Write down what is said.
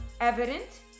evident